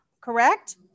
correct